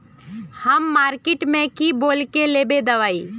हम मार्किट में की बोल के लेबे दवाई?